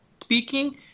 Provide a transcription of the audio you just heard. speaking